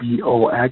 BOX